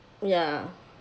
ya